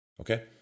Okay